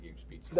speech